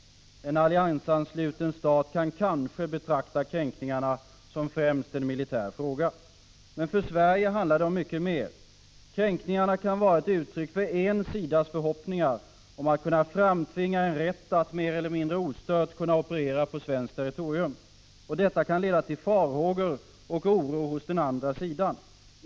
En alliansansluten stat kan kanske betrakta kränkningarna främst som en militär fråga. Men för Sverige handlar det om mycket mer. Kränkningarna kan vara ett uttryck för en sidas förhoppningar om att kunna framtvinga en rätt att mer eller mindre ostört kunna operera på svenskt territorium. Detta kan leda till farhågor och oro hos den andra sidan.